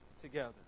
together